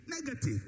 negative